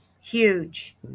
huge